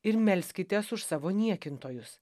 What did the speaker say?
ir melskitės už savo niekintojus